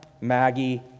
Maggie